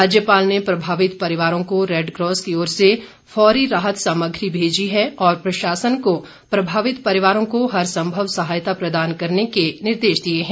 राज्यपाल ने प्रभावित परिवारों को रेडक्रॉस की ओर से फौरी राहत सामग्री भेजी है और प्रशासन को प्रभावित परिवारों को हर संभव सहायता प्रदान करने के निर्देश दिए हैं